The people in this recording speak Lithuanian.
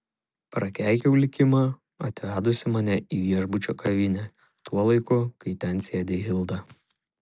prakeikiau likimą atvedusį mane į viešbučio kavinę tuo laiku kai ten sėdi hilda